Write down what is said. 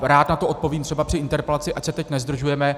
Rád na to odpovím třeba při interpelaci, ať se teď nezdržujeme.